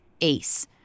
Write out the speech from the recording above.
ACE